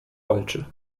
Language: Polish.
walczy